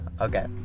Okay